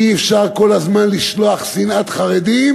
אי-אפשר כל הזמן לשלוח שנאת חרדים